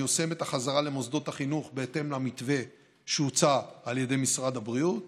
מיושמת החזרה למוסדות החינוך בהתאם למתווה שהוצע על ידי משרד הבריאות